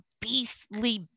beastly